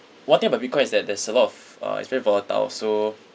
one thing about bitcoin is that there's a lot of uh it's very volatile so